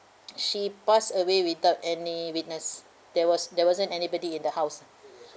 she passed away without any witness there was there wasn't anybody in the house